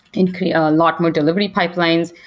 and kind of a lot more delivery pipelines.